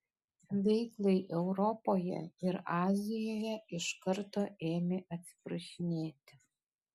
veiklai europoje ir azijoje iš karto ėmė atsiprašinėti